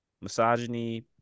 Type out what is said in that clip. Misogyny